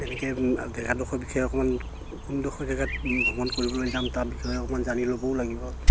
তেনেকে জেগাডোখৰ বিষয়ে অকণমান কোনডোখৰ জেগাত ভ্ৰমণ কৰিবলৈ যাম তাৰ বিষয়ে অকণমান জানি ল'বও লাগিব